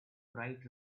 bright